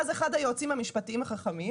ואז אחד היועצים המשפטיים החכמים,